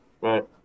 Right